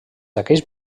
aquells